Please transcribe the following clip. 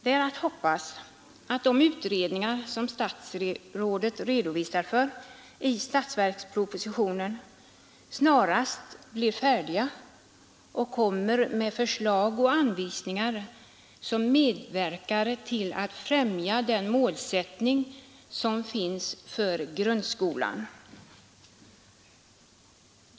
Det är att hoppas att de utredningar som statsrådet redovisar i statsverkspropositionen snarast blir färdiga och kommer med förslag och anvisningar som medverkar till att främja den målsättning som finns för grundskolan.